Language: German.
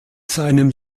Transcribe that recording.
seinem